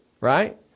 right